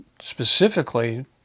specifically